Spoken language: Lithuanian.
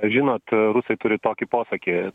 žinot rusai turi tokį posakį